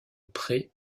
prés